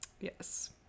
Yes